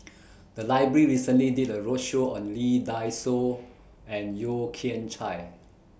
The Library recently did A roadshow on Lee Dai Soh and Yeo Kian Chai